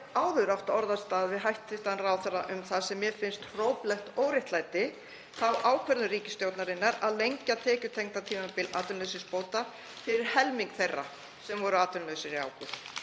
áður átt orðastað við hæstv. ráðherra um það sem mér finnst hróplegt óréttlæti, þá ákvörðun ríkisstjórnarinnar að lengja tekjutengt tímabil atvinnuleysisbóta fyrir helming þeirra sem voru atvinnulausir í ágúst.